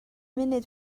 munud